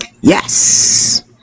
Yes